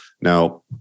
Now